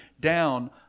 down